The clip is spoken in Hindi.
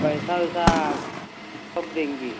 पैसा वैसा कब देंगे